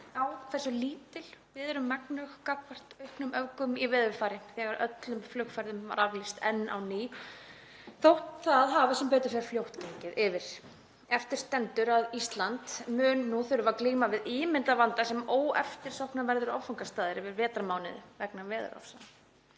á hversu lítils við erum megnug gagnvart auknum öfgum í veðurfari þegar öllum flugferðum var aflýst enn á ný þótt það hafi sem betur fer fljótt gengið yfir. Eftir stendur að Ísland mun nú þurfa að glíma við ímyndarvanda sem óeftirsóknarverður áfangastaður yfir vetrarmánuði vegna veðurofsa.